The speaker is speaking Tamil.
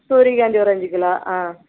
சூரியகாந்தி ஒரு அஞ்சு கிலோ ஆ